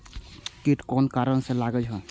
कीट कोन कारण से लागे छै?